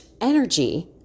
energy